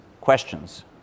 Questions